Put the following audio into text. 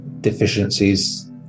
deficiencies